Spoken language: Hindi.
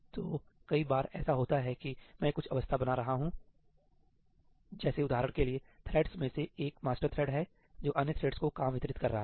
तो कई बार ऐसा होता है कि मैं कुछ अवस्था बना रहा हूं ठीक जैसे उदाहरण के लिए थ्रेड्स में से एक मास्टर थ्रेड है जो अन्य थ्रेड्स को काम वितरित कर रहा है